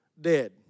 dead